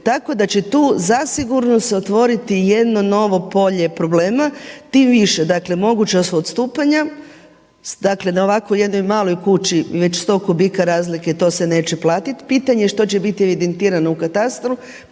Tako da će tu zasigurno se otvoriti jedno novo polje problema. Tim više, dakle moguća su odstupanja, dakle na ovako jednoj maloj kući već sto kubika razlike to se neće platiti. Pitanje što će biti evidentirano u katastru,